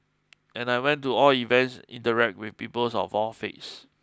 and I went to all events interact with peoples of all faiths